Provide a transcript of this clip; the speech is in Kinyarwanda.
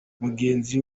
mugenzi